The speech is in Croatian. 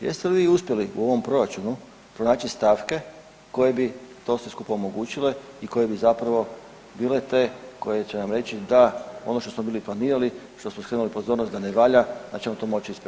Jeste li vi uspjeli u ovom proračunu naći stavke koje bi to sve skupa omogućile i koje bi zapravo bile te koje će nam reći da ono što smo bili planirali što smo skrenuli pozornost da ne valja da ćemo to moći ispraviti?